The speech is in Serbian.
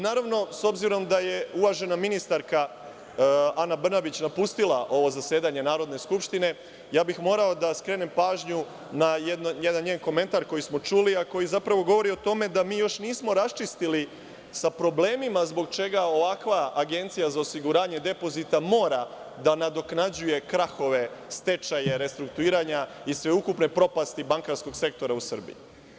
Naravno, s obzirom da je uvažena ministarka Ana Brnabić napustila ovo zasedanje Narodne skupštine, morao bih da skrenem pažnju na jedan njen komentar koji smo čuli, a koji zapravo govori o tome da mi još nismo raščistili sa problemima zbog čega ovakva Agencija za osiguranje depozita mora da nadoknađuje krahove stečaja, restrukturiranja i sveukupne propasti bankarskog sektora u Srbiji.